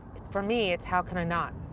for me, it's how can i not?